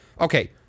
Okay